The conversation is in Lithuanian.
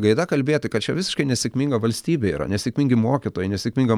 gaida kalbėti kad čia visiškai nesėkminga valstybė yra nesėkmingi mokytojai nesėkminga